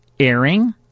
Airing